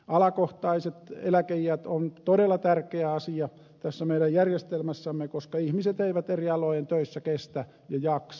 alakohtaiset eläkeiät ovat todella tärkeä asia tässä meidän järjestelmässämme koska ihmiset eivät eri alojen töissä kestä ja jaksa